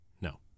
no